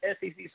SEC